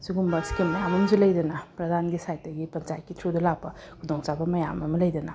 ꯁꯤꯒꯨꯝꯕ ꯁ꯭ꯀꯤꯝ ꯃꯌꯥꯝ ꯑꯃꯁꯨ ꯂꯩꯗꯅ ꯄ꯭ꯔꯙꯥꯟꯒꯤ ꯁꯥꯏꯠꯇꯒꯤ ꯄꯟꯆꯥꯌꯦꯠꯀꯤ ꯊ꯭ꯔꯨꯗ ꯂꯥꯛꯄ ꯈꯨꯗꯣꯡ ꯆꯥꯕ ꯃꯌꯥꯝ ꯑꯃ ꯂꯩꯗꯅ